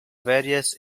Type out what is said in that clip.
various